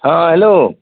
हँ हेलो